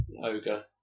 Ogre